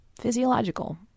physiological